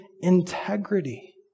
integrity